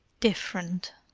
different!